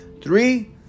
Three